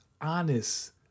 honest